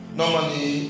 normally